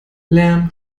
lärm